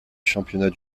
championnat